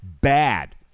bad